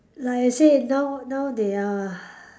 like I said now now they are